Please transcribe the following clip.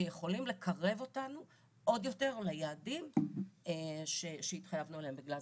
שיכולים לקרב אותנו עוד יותר ליעדים שהתחייבנו עליהם בגלזגו.